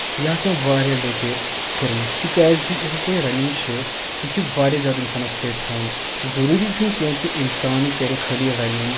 یہِ ٲسۍ مےٚ واریاہ لَٹہِ کٔرمٕژ تِکیازِ یُس ہسا یہِ رننٛگ چھِ یہِ چھِ واریاہ زیادٕ اِنسانس فِٹ تھاوان ضروٗری چھُ نہٕ کیٚنٛہہ کہِ اِنسان کَرِ خٲلی رنِنٛگ